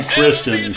Christian